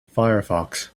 firefox